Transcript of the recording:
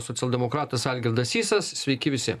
socialdemokratas algirdas sysas sveiki visi